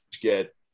get